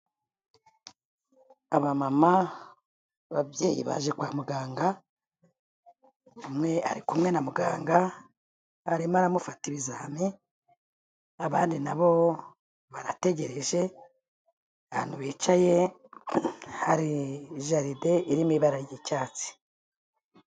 Abamama, babyeyi baje kwa muganga, umwe ari kumwe na muganga, arimo aramufata ibizame, abandi na bo barategereje, ahantu bicaye hari jaride irimo ibara ry'icyatsi.